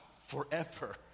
forever